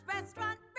Restaurant